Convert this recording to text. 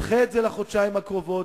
תדחה את זה לחודשיים הקרובים,